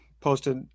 posted